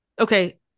okay